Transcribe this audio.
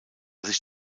sich